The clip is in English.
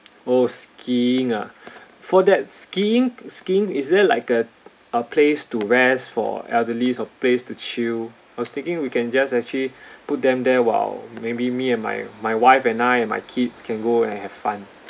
oh skiing ah for that skiing skiing is there like a a place to rest for elderly a place to chill I was thinking we can just actually put them there while maybe me and my my wife and I and my kids can go and have fun